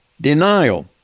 denial